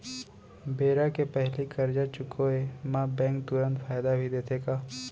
बेरा के पहिली करजा चुकोय म बैंक तुरंत फायदा भी देथे का?